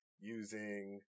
using